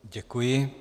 Děkuji.